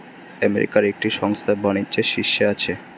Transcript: আমেরিকার একটি সংস্থা বাণিজ্যের শীর্ষে আছে